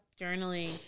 Journaling